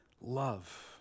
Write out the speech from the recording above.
love